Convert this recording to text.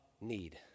need